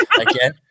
again